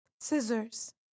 scissors